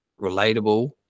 relatable